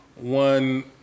one